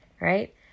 right